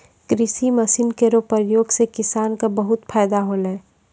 कृषि मसीन केरो प्रयोग सें किसान क बहुत फैदा होलै